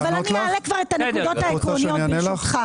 אבל אני אעלה את הנקודות העקרוניות, ברשותך.